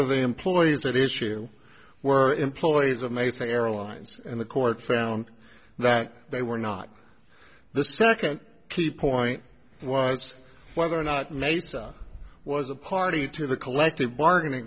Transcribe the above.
of the employees or the issue where employees of mesa airlines and the court found that they were not the second key point was whether or not mesa was a party to the collective bargaining